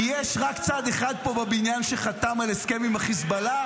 כי יש רק צד אחד פה בבניין שחתם על הסכם עם חיזבאללה,